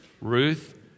Ruth